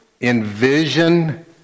envision